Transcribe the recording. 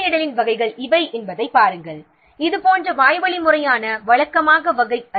அறிக்கையிடலின் வகைகள் இவை என்பதைப் பாருங்கள் இது போன்ற வாய்வழி வழக்கமான முறை